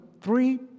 three